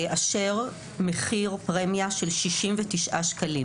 לאשר מחיר פרמיה של 69 שקלים.